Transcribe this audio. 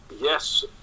Yes